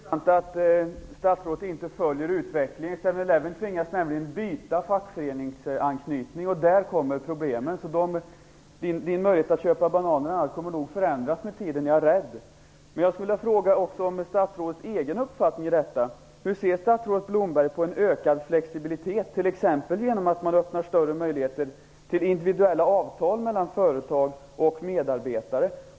Herr talman! Det är intressant att statsrådet inte följer utvecklingen. Seven-Eleven tvingas nämligen byta fackföreningsanknytning, och där kommer problemen. Jag är rädd för att statsrådets möjlighet att köpa bananer kommer att förändras med tiden. Jag vill också fråga om statsrådets egen uppfattning om detta. Hur ser statsrådet Blomberg på en ökad flexibilitet, t.ex. genom att man öppnar större möjligheter till individuella avtal mellan företag och medarbetare?